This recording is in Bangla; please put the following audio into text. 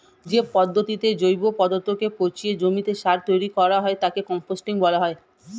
যে পদ্ধতিতে জৈব পদার্থকে পচিয়ে জমিতে সার তৈরি করা হয় তাকে কম্পোস্টিং বলা হয়